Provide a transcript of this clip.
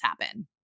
happen